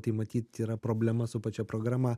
tai matyt yra problema su pačia programa